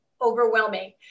overwhelming